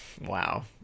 wow